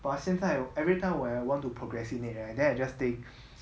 but 现在 every time when I want to procrastinate right then I just think